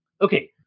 Okay